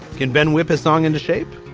can ben whip his song into shape?